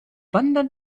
wandern